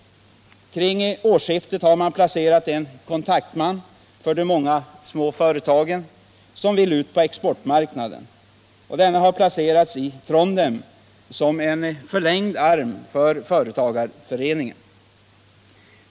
Kring årsskiftet har man i Trondheim, som en förlängd arm för företagarföreningen, placerat en kontaktman för de många små företag som vill ut på exportmarknaden.